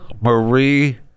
Marie